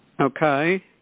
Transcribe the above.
Okay